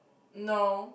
no